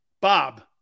Bob